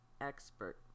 expert